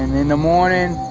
in the morning,